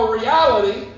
reality